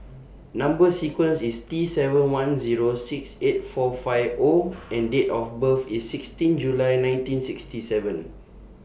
Number sequence IS T seven one Zero six eight four five O and Date of birth IS sixteen July nineteen sixty seven